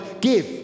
give